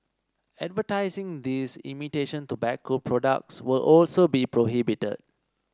advertising these imitation tobacco products will also be prohibited